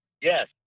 Yes